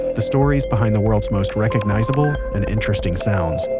the stories behind the world's most recognizable and interesting sounds.